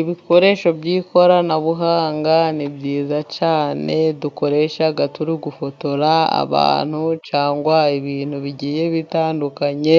Ibikoresho by'ikoranabuhanga ni byiza cyane, dukoresha turi gufotora abantu cyangwa ibintu bigiye bitandukanye,